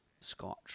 scotch